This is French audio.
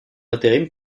intérim